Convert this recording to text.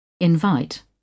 Invite